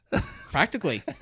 Practically